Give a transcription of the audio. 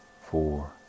four